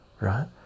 right